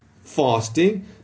fasting